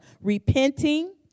repenting